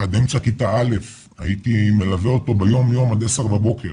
עד אמצע כיתה א' הייתי מלווה אותו ביום יום עד עשר בבוקר